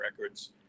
records